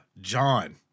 John